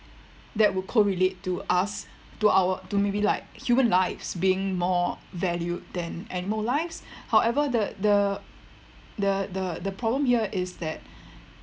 that would correlate to us to our to maybe like human lives being more valued then animal lives however the the the the the problem here is that